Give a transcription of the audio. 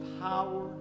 power